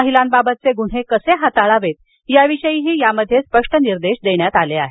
महिलांबाबतचे गुन्हे कसे हाताळावेत याविषयीही यामध्ये स्पष्ट निर्देश देण्यात आले आहेत